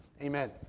amen